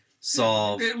solve